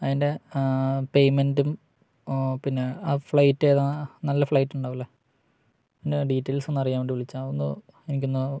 അതിൻ്റെ പേയ്മെൻറ്റും പിന്നെ ആ ഫ്ലൈറ്റ് ഏതാണ് നല്ല ഫ്ലൈറ്റ് ഉണ്ടാകില്ലെ അതിന്റെ ഡീറ്റെയിൽസ് ഒന്നറിയാൻ വേണ്ടി വിളിച്ചതാണ് ഒന്ന് എനിക്കൊന്ന്